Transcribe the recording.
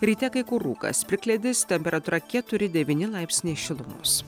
ryte kai kur rūkas plikledis temperatūra keturi devyni laipsniai šilumos